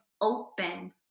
open